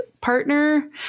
partner